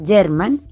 German